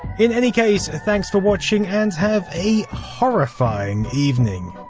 in any case, thanks for watching, and have a horrifying evening.